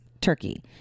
Turkey